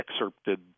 excerpted